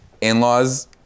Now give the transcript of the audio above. in-laws